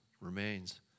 remains